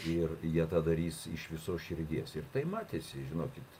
ir jie tą darys iš visos širdies ir tai matėsi žinokit